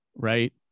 right